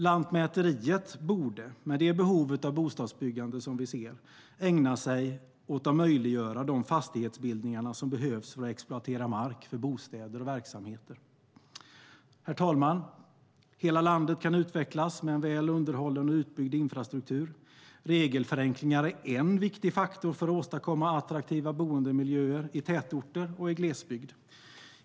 Lantmäteriet borde med det behov av bostadsbyggande vi ser ägna sig åt att möjliggöra de fastighetsbildningar som behövs för att exploatera mark för bostäder och verksamheter. Herr talman! Hela landet kan utvecklas med en väl underhållen och utbyggd infrastruktur. Regelförenklingar är en viktig faktor för att åstadkomma attraktiva boendemiljöer i tätorter och glesbygd.